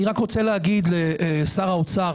אני רק רוצה להגיד לשר האוצר,